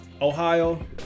Ohio